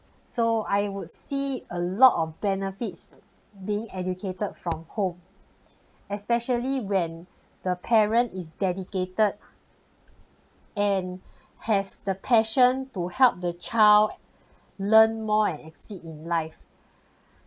so I would see a lot of benefits being educated from home especially when the parent is dedicated and has the passion to help the child learn more and exceed in life